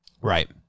Right